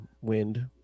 wind